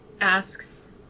Asks